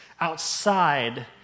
outside